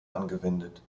angewendet